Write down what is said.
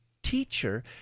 teacher